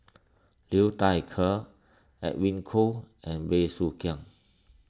Liu Thai Ker Edwin Koo and Bey Soo Khiang